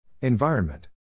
Environment